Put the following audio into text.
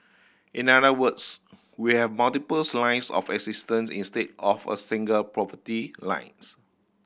in other words we have multiple's lines of assistance instead of a single poverty lines